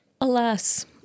Alas